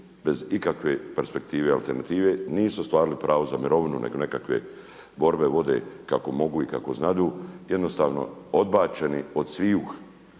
bez ikakve perspektive, alternative, nisu ostvarili pravo za mirovinu nego nekakve borbe vode kako mogu i kako znadu, jednostavno odbačeni od svih.